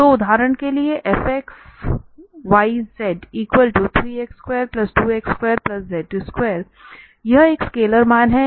तो उदाहरण के लिए fxyz3x22y2z2 यह एक स्केलर मान है